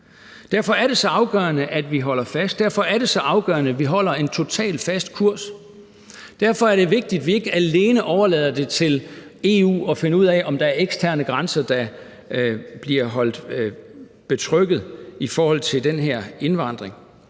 Derfor er det så afgørende, at vi holder fast. Derfor er det så afgørende, at vi holder en totalt fast kurs. Derfor er det vigtigt, vi ikke alene overlader det til EU at finde ud af, om der er eksterne grænser, der bliver holdt betrygget i forhold til den her indvandring.